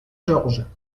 georges